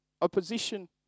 opposition